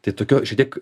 tai tokio šiek tiek